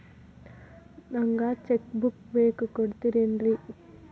ನಂಗ cheque book ಬೇಕು ಕೊಡ್ತಿರೇನ್ರಿ?